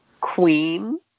queen